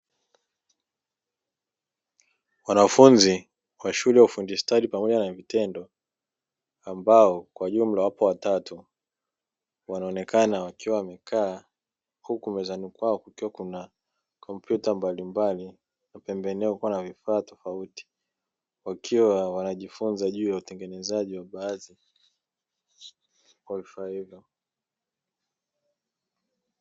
Wanafunzi wa shule ya ufundi stadi pamoja na vitendo, ambao kwa jumla wapo watatu wanaonekana wakiwa wamekaa. Huku mezani kwao kukiwa kuna kompyuta mbalimbali na pembeni yao kukiwa na vifaa tofauti, wakiwa wanajifunza juu ya utengenezaji wa baadhi ya vifaa hivyo.